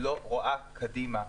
רואה קדימה.